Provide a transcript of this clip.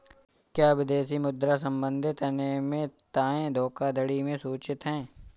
क्या विदेशी मुद्रा संबंधी अनियमितताएं धोखाधड़ी में सूचित हैं?